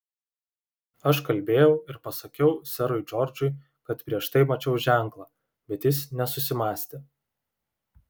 aš kalbėjau ir pasakiau serui džordžui kad prieš tai mačiau ženklą bet jis nesusimąstė